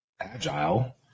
agile